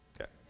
Okay